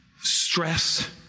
stress